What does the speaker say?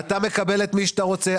אתה מקבל את מי שאתה רוצה,